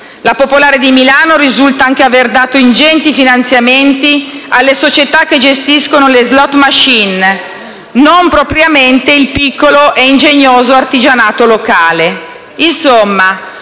La Popolare di Milano risulta anche aver dato ingenti finanziamenti alle società che gestiscono le *slot machine*, che non è propriamente il piccolo e ingegnoso artigianato locale.